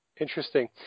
Interesting